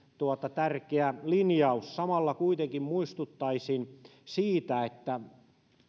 tärkeä linjaus samalla kuitenkin muistuttaisin siitä että